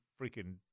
freaking